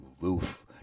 roof